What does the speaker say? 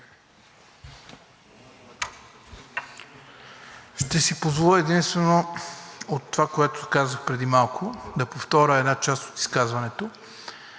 Ще си позволя единствено от това, което казах преди малко, да повторя една част от изказването.